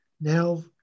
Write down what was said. now